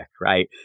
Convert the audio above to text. right